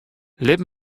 lit